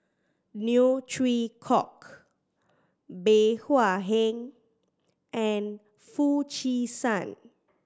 Neo Chwee Kok Bey Hua Heng and Foo Chee San